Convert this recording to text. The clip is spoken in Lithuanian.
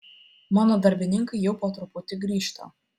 mano darbininkai jau po truputį grįžta